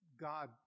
God